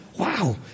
Wow